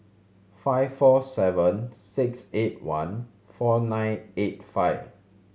five four seven six eight one four nine eight five